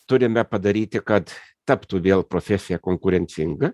turime padaryti kad taptų vėl profesija konkurencinga